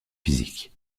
physiques